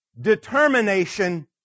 Determination